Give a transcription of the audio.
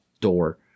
door